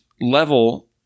level